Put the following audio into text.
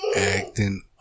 acting